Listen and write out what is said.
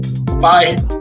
Bye